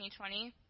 2020